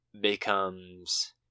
becomes